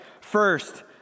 First